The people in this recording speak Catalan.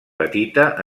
petita